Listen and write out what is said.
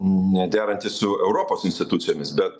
ne derantis su europos institucijomis bet